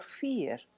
fear